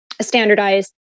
standardized